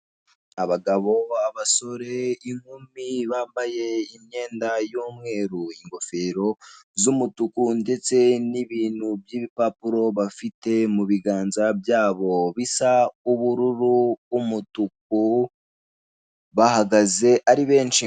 Abagabo ba basore, inkumi bambaye imyenda y'umweru ingofero z'umutuku ndetse n'ibintu by'bipapuro bafite mu biganza byabo bisa ubururu, umutuku bahagaze ari benshi.